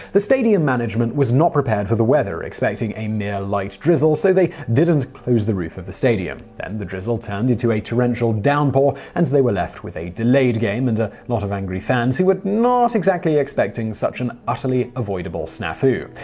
the stadium management was not prepared for the weather, expecting a mere light drizzle, and so they didn't close the roof of the stadium. then the drizzle turned into a torrential downpour, and they were left with a delayed game and a lot of angry fans who were not exactly expecting such an utterly avoidable snafu.